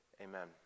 amen